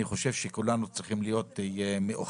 אני חושב שכולנו צריכים להיות מאוחדים.